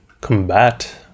combat